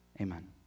amen